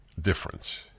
difference